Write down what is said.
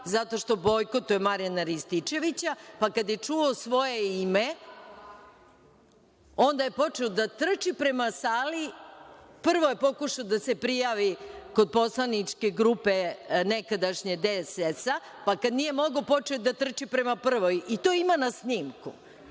zato što bojkotuje Marijana Rističevića, pa kada je čuo svoje ime, onda je počeo da trči prema sali. Prvo je pokušao da se prijavi kod poslaničke grupe nekadašnje DSS, pa kada nije mogao, počeo je da trči prema prvoj i to ima na snimku.(Marko